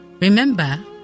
Remember